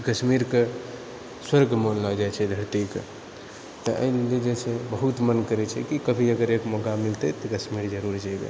कि कश्मीरके स्वर्ग मानलो जाइतछै धरतीके तऽ एहि लिए जे छै बहुत मन करैत छै कि कभी अगर एक मौका मिलतै तऽ कश्मीर जरुर जेबए